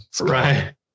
right